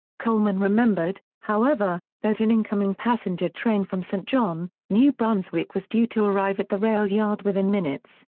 coleman remembered, however, that an incoming passenger train from saint john, new brunswick was due to arrive at the rail yard within minutes.